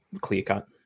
clear-cut